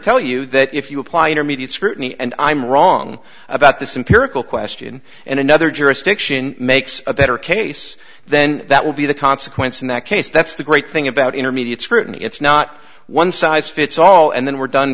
tell you that if you apply intermediate scrutiny and i'm wrong about this imperial question and another jurisdiction makes a better case then that will be the consequence in that case that's the great thing about intermediate scrutiny it's not one size fits all and then we're done